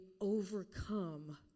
overcome